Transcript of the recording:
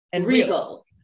Regal